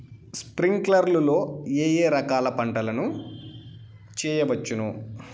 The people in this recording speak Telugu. స్ప్రింక్లర్లు లో ఏ ఏ రకాల పంటల ను చేయవచ్చును?